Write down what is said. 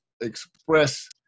express